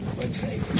website